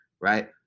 right